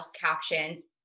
captions